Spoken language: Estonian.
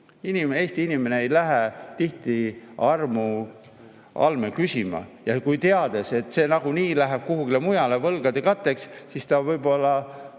Eesti inimene ei lähe tihti armuande küsima. Teades, et see nagunii läheb kuhugile mujale, võlgade katteks, ta võib-olla